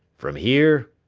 from here,